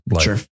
Sure